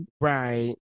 Right